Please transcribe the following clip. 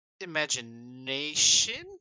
imagination